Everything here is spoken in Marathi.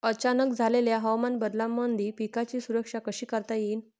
अचानक झालेल्या हवामान बदलामंदी पिकाची सुरक्षा कशी करता येईन?